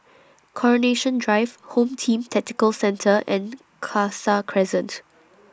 Coronation Drive Home Team Tactical Centre and Khalsa Crescent